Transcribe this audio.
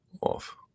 off